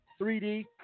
3D